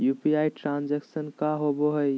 UPI transfer का होव हई?